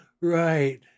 right